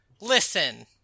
Listen